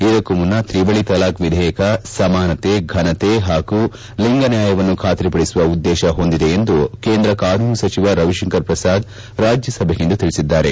ಇದಕ್ಕೂ ಮುನ್ನ ತ್ರಿವಳಿ ತಲಾಕ್ ವಿಧೇಯಕ ಸಮಾನತೆ ಫನತೆ ಹಾಗೂ ಲಿಂಗ ನ್ಲಾಯವನ್ನು ಬಾತರಿಪಡಿಸುವ ಉದ್ದೇತ ಹೊಂದಿದೆ ಎಂದು ಕೇಂದ್ರ ಕಾನೂನು ಸಚಿವ ರವಿಶಂಕರ್ ಪ್ರಸಾದ್ ರಾಜ್ಲಸಭೆಗಿಂದು ತಿಳಿಸಿದ್ದಾರೆ